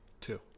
Two